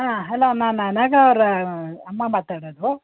ಹಾಂ hello ma'am Anagha ಅವರ ಅಮ್ಮ ಮಾತಾಡೋದು